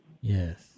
Yes